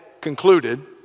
concluded